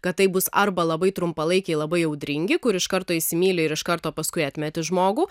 kad taip bus arba labai trumpalaikiai labai audringi kur iš karto įsimyli ir iš karto paskui atmeti žmogų